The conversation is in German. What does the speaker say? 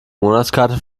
monatskarte